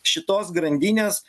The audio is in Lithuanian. šitos grandinės